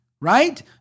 right